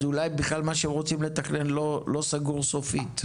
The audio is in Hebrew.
אז אולי בכלל מה שהם רוצים לתכנן לא סגור סופית.